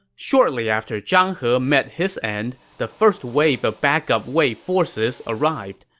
shortly after zhang he met his end, the first wave of backup wei forces arrived.